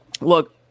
look